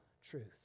truth